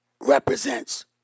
represents